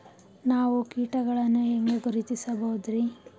ನಾವು ಕೀಟಗಳನ್ನು ಹೆಂಗ ಗುರುತಿಸಬೋದರಿ?